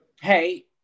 Hey